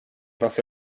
was